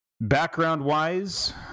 Background-wise